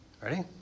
Ready